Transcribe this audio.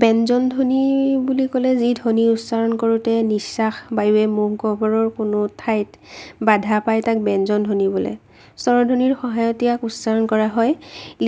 ব্যঞ্জন ধ্বনি বুলি ক'লে যি ধ্বনি উচ্চৰণ কৰোঁতে নিশ্বাস বায়ুৱে মুখগহ্বৰৰ কোনো ঠাইত বাধা পায় তাক ব্যঞ্জন ধ্বনি বোলে স্বৰধ্বনিৰ সহায়ত ইয়াক উচ্চাৰণ কৰা হয়